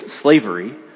slavery